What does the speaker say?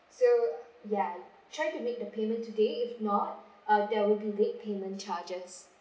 so yeah try to make the payment today if not uh there will be late payment charges